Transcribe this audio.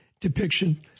depiction